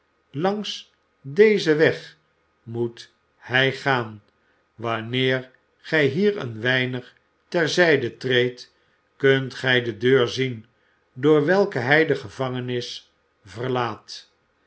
langs dezen weg moet hij gaan wanneer gij hier een weinig ter zijde treedt kunt gij de deur zien door welke hij de gevangenis verlaat